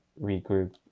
regroup